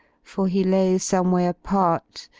for he lay some way apart,